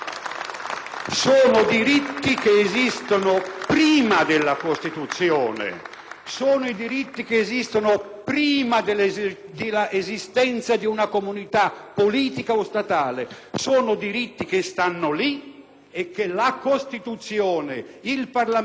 sono diritti che esistono prima dell'esistenza di una comunità politica o statale, sono diritti che stanno lì e che la Costituzione, il Parlamento, la comunità politica, deve solo riconoscere, cioè prenderne atto,